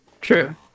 true